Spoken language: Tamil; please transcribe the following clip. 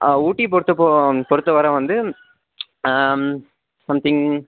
ஊட்டி பொறுத்த போ பொறுத்த வர வந்து சம்திங்